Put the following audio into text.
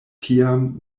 tiam